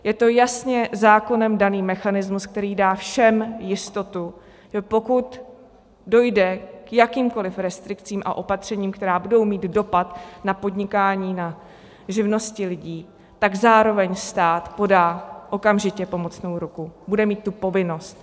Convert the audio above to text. Je to jasně zákonem daný mechanismus, který dá všem jistotu, že pokud dojde k jakýmkoli restrikcím a opatřením, která budou mít dopad na podnikání, na živnosti lidí, tak zároveň stát podá okamžitě pomocnou ruku, bude mít tu povinnost.